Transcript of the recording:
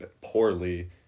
poorly